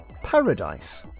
paradise